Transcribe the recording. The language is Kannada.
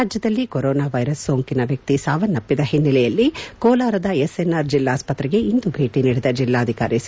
ರಾಜ್ಯದಲ್ಲಿ ಕೊರೊನಾ ವೈರಸ್ ಸೋಂಕಿನ ವ್ಯಕ್ತಿ ಸಾವನಪ್ಪಿದ ಓನ್ನೆಲೆಯಲ್ಲಿ ಕೋಲಾರದ ಎಸ್ಎನ್ಆರ್ ಜಿಲ್ಲಾಸ್ತ್ರೆಗೆ ಇಂದು ಭೇಟಿ ನೀಡಿದ ಜಿಲ್ಲಾಧಿಕಾರಿ ಸಿ